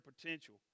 potential